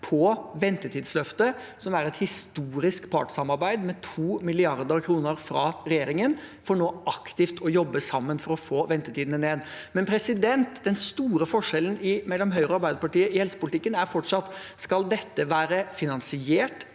på Ventetidsløftet, som er et historisk partssamarbeid – med 2 mrd. kr fra regjeringen – for nå aktivt å jobbe sammen for å få ventetidene ned. Den store forskjellen mellom Høyre og Arbeiderpartiet i helsepolitikken er fortsatt: Skal dette være finansiert,